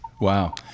Wow